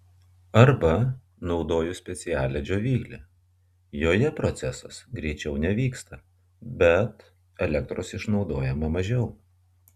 arba naudoju specialią džiovyklę joje procesas greičiau nevyksta bet elektros išnaudojama mažiau